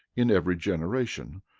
in every generation,